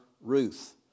Ruth